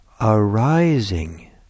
arising